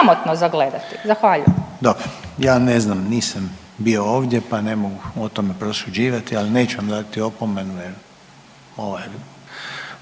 sramotno za gledati. Zahvaljujem. **Reiner, Željko (HDZ)** Dobro. Ja ne znam, nisam bio ovdje pa ne mogu o tome prosuđivati, ali neću vam dati opomenu jer ovo mogu